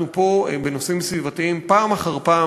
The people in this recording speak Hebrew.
אנחנו פה בנושאים סביבתיים פעם אחר פעם